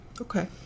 Okay